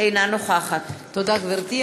אינה נוכחת תודה, גברתי.